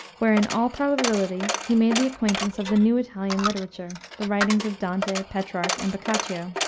where, in all probability, he made the acquaintance of the new italian literature, the writings of dante, petrarch, and boccaccio.